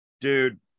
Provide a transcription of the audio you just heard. Dude